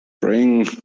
bring